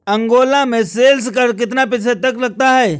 Angola में sales कर कितना प्रतिशत तक लगता है?